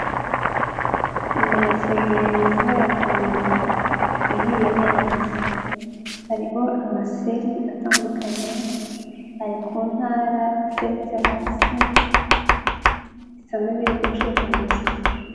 Imineke myiza ya kamara, ihiye neza. Hariho amaseri atandukanye, ari ku ntara iteretse hasi, bisa n'ibiri gucuruzwa.